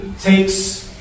takes